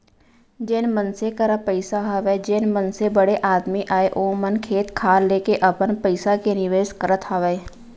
जेन मनसे करा पइसा हवय जेन मनसे बड़े आदमी अय ओ मन खेत खार लेके अपन पइसा के निवेस करत हावय